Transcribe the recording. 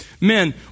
Men